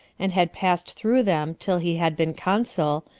and had passed through them till he had been consul,